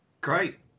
Great